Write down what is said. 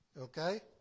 Okay